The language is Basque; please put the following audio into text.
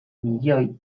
milioi